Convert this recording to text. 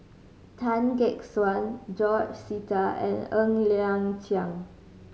Tan Gek Suan George Sita and Ng Liang Chiang